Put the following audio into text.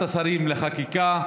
השרים לחקיקה,